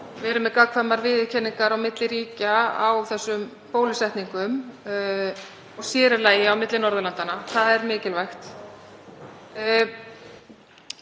verið með gagnkvæmar viðurkenningar á milli ríkja á bólusetningum, sér í lagi á milli Norðurlandanna. Það er mikilvægt.